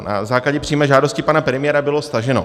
na základě přímé žádosti pana premiéra bylo staženo.